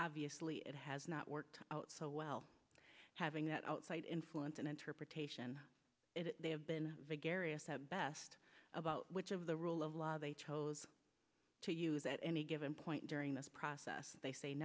obviously it has not worked out so well having that outside influence and interpretation it may have been vague areas that best about which of the rule of law they chose to use at any given point during this process they